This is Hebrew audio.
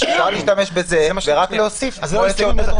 אפשר להשתמש בזה ורק להוסיף את האחרים.